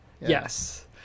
Yes